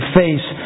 face